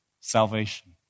salvation